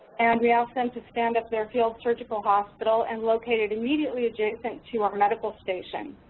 and we asked them to stand up their field surgical hospital and locate it immediately adjacent to our medical station.